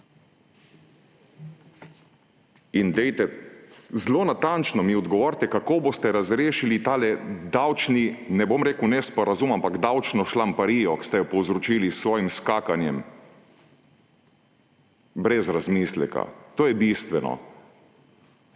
Dajte, zelo natančno mi odgovorite, kako boste razrešili tole, ne bom rekel davčni nesporazum, ampak davčno šlamparijo, ki ste jo povzročili s svojim skakanjem brez razmisleka. To je bistveno.